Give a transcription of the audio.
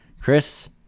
Chris